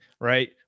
right